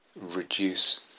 reduce